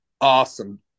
awesome